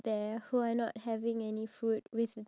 like cooked chicken meat